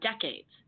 decades